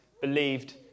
believed